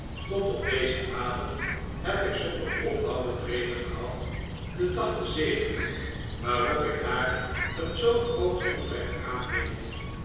tot op dezen avond heb ik zonder ophouden reden gehad den dag te zegenen waarop ik haar een zoo groot onrecht aandeed